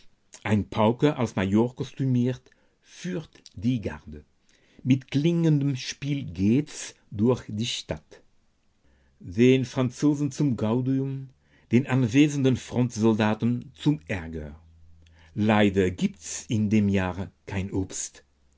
ein pauker als major kostümiert führt diese garde mit klingendem spiel geht's durch die stadt den franzosen zum gaudium den anwesenden frontsoldaten zum ärger leider gibt's in dem jahre kein obst